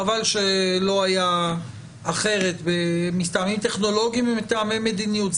חבל שלא היה אחרת מטעמים טכנולוגיים ומטעמי מדיניות,